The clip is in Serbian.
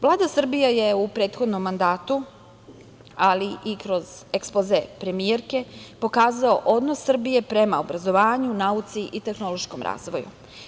Vlada Srbije je u prethodnom mandatu, ali i kroz ekspoze premijerke pokazala odnos Srbije prema obrazovanju, nauci i tehnološkom razvoju.